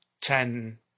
ten